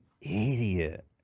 idiot